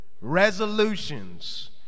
Resolutions